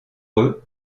eux